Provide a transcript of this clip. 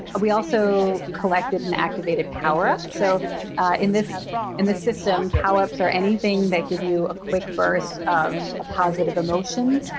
we also collected and activated power-ups. so in this and this system, power-ups are anything that give you a quick burst of a positive emotion.